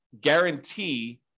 guarantee